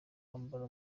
wambara